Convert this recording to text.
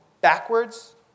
backwards